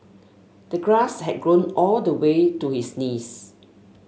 the grass had grown all the way to his knees